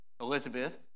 Elizabeth